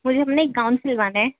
مجھے اپنے ایک گاؤن سِلوانے ہیں